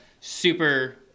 super